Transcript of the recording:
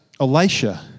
Elisha